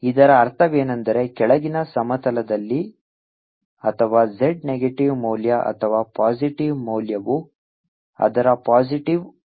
ಇದರ ಅರ್ಥವೇನೆಂದರೆ ಕೆಳಗಿನ ಸಮತಲದಲ್ಲಿ ಅಥವಾ z ನೆಗೆಟಿವ್ ಮೌಲ್ಯ ಅಥವಾ ಪಾಸಿಟಿವ್ ಮೌಲ್ಯವು ಅದರ ಪಾಸಿಟಿವ್ವಾಗಿರುತ್ತದೆ